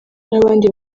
n’abandi